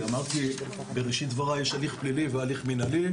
אמרתי בראשית דבריי שיש הליך פלילי והליך מינהלי,